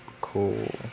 cool